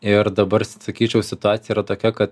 ir dabar sakyčiau situacija yra tokia kad